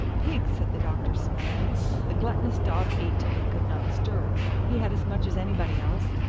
pig! said the doctor, smiling the gluttonous dog ate till he could not stir. he had as much as anybody else,